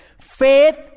Faith